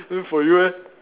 then for you eh